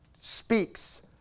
speaks